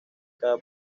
cada